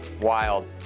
wild